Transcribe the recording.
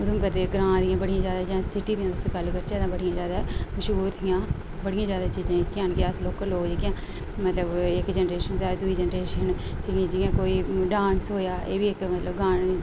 उधमपुर दे ग्रां दियां बड़ियां जैदा जां सीटी दियां अस गल्ल करचै तां बड़ियां जैदा मश्हूर हियां बड़ियां जैदा चीजां जेह्कियां न मतलव अस लोकल लोक जेह्कियां इक जनरेशन शा दुई जनरेशन गी जियां कोई डान्स होआ एह्बी इक गाने